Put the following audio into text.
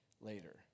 later